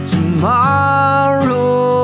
Tomorrow